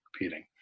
repeating